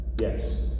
Yes